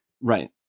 Right